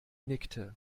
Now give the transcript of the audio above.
nickte